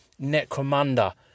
Necromunda